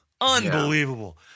Unbelievable